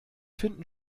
finden